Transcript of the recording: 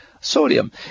sodium